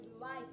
life